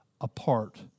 apart